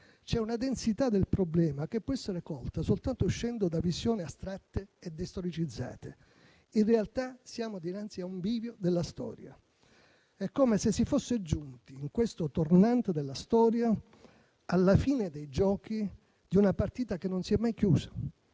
C'è una densità del problema che può essere colta soltanto uscendo da visioni astratte e destoricizzate. In realtà, siamo dinanzi a un bivio della storia. È come se si fosse giunti, in questo tornante della storia, alla fine dei giochi di una partita che non si è mai chiusa,